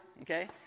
okay